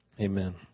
Amen